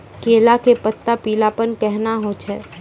केला के पत्ता पीलापन कहना हो छै?